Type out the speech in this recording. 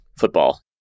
football